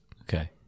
okay